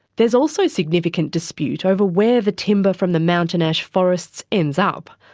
there is also significant dispute over where the timber from the mountain ash forests ends up.